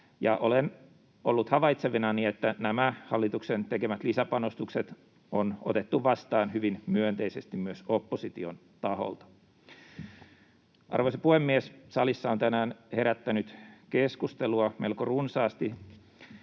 olen ollut havaitsevinani, että nämä hallituksen tekemät lisäpanostukset on otettu vastaan hyvin myönteisesti myös opposition taholta. Arvoisa puhemies! Salissa on tänään herättänyt keskustelua melko runsaasti